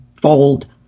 fold